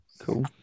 Cool